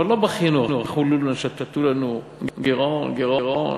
אבל לא בכינו: אכלו לנו, שתו לנו, גירעון, גירעון.